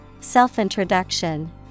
Self-introduction